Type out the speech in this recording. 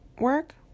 work